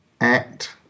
act